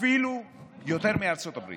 אפילו יותר מארצות הברית.